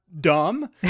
dumb